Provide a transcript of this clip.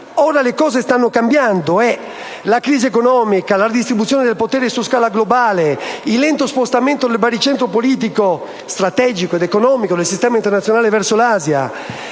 Ora le cose stanno cambiando. La crisi economica, la distribuzione del potere su scala globale, il lento spostamento del baricentro politico, strategico ed economico del sistema internazionale verso l'Asia,